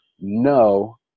No